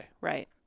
Right